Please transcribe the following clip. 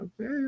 Okay